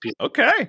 Okay